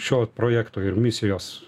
šio projekto ir misijos